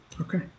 Okay